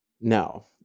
No